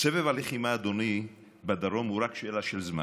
סבב הלחימה בדרום, אדוני, הוא רק שאלה של זמן.